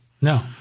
No